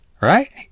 right